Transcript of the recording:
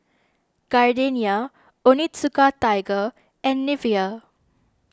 Gardenia Onitsuka Tiger and Nivea